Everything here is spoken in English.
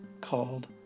called